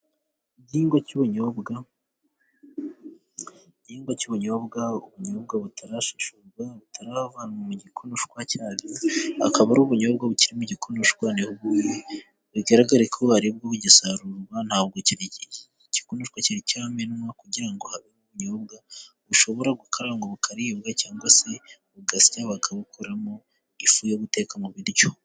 Igihingwa cy'ubunyobwa. Igihingwa cy'ubunyobwa ubunyobwa butarashishurwa butaravanwa mu gikonoshwa cyabwo akaba ari ubunyobwa bukiri mu gikonoshwa ni ho buri. Bigaragare ko ari bwo bugisarurwa ntabwo igikonoshwa cyari cyamenwa kugira ngo havemo ubunyobwa bushobora gukarangwa bukaribwa cyangwa se bugasywa bakabukoramo ifu yo guteka mu biryo.